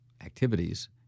activities